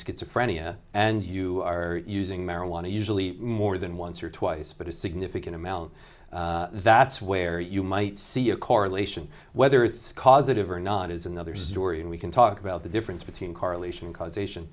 schizophrenia and you are using marijuana usually more than once or twice but a significant amount that's where you might i see a correlation whether it's causative or not is another story and we can talk about the difference between correlation and causation